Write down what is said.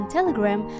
Telegram